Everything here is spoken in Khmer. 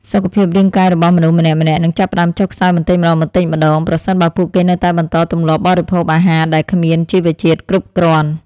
សុខភាពរាងកាយរបស់មនុស្សម្នាក់ៗនឹងចាប់ផ្តើមចុះខ្សោយបន្តិចម្តងៗប្រសិនបើពួកគេនៅតែបន្តទម្លាប់បរិភោគអាហារដែលគ្មាន ជីវជាតិគ្រប់គ្រាន់។